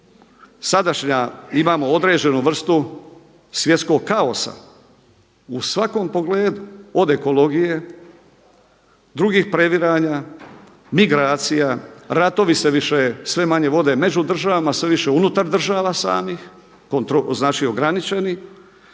sadašnja imamo određenu vrstu svjetskog kaosa u svakom pogledu od ekologije drugih previranja, migracija, ratovi se više sve manje vode među državama, sve više unutar država samih, znači ograničeni.